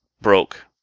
broke